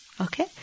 Okay